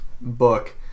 book